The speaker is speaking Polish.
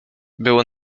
było